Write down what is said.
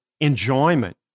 enjoyment